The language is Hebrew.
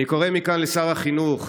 אני קורא מכאן לשר החינוך,